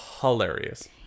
hilarious